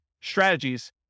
strategies